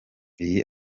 iyi